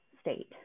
state